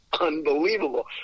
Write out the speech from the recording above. unbelievable